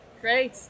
Great